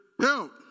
help